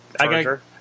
charger